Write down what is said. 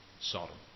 Sodom